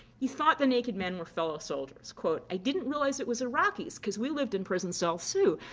he thought the naked men were fellow soldiers. quote, i didn't realize it was iraqis, because we lived in prison cells too.